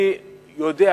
אני יודע